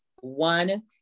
one